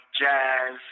jazz